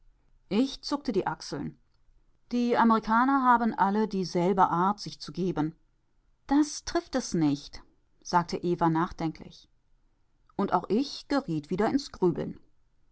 ich zuckte die achseln die amerikaner haben alle dieselbe art sich zu geben das trifft es nicht sagte eva nachdenklich und auch ich geriet wieder ins